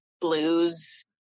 blues